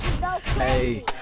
Hey